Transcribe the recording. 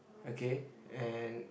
okay and